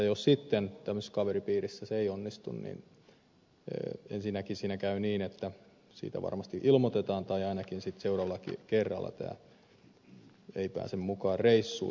jos sitten tämmöisessä kaveripiirissä se ei onnistu niin ensinnäkin siinä voi käydä niin että siitä ilmoitetaan tai ainakaan sitten seuraavalla kerralla hän ei pääse mukaan reissuun